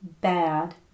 bad